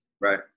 Right